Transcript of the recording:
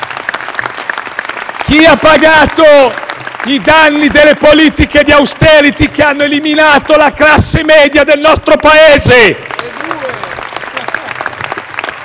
Chi ha pagato i danni delle politiche di *austerity* che hanno eliminato la classe media del nostro Paese?